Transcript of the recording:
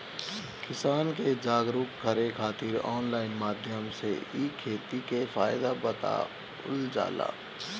किसान के जागरुक करे खातिर ऑनलाइन माध्यम से इ खेती के फायदा बतावल जाला